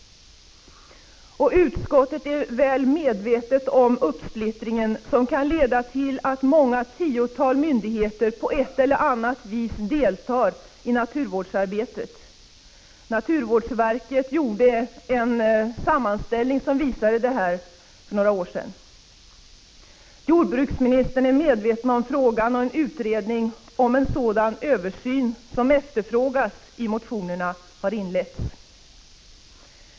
Utskottet är medvetet om uppsplittringen, som kan leda till att många tiotal myndigheter på ett eller annat vis deltar i naturvårdsarbetet. Naturvårdsverket gjorde för flera år sedan en sammanställning som visade detta. Jordbruksministern är medveten om frågan, och en utredning om en sådan översyn som efterfrågas i motionerna har inletts.